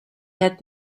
had